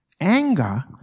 anger